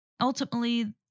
ultimately